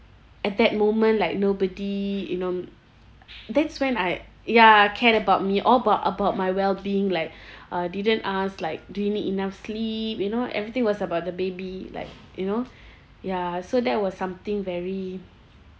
at that moment like nobody you know that's when I ya cared about me or about about my wellbeing like uh didn't ask like do you need enough sleep you know everything was about the baby like you know ya so that was something very